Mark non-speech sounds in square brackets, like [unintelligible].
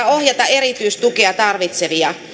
[unintelligible] ohjata erityistukea tarvitsevia